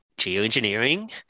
geoengineering